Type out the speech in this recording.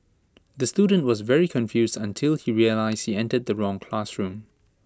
the student was very confused until he realised he entered the wrong classroom